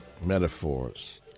metaphors